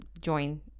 join